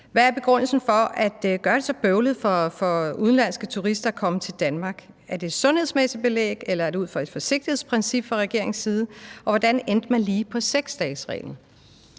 Hvad er begrundelsen for at gøre det så bøvlet for udenlandske turister at komme til Danmark? Er der et sundhedsmæssigt belæg, eller er det fra regeringens side ud fra et forsigtighedsprincip, og hvordan endte man lige på en 6-dagesregel?